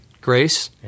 Grace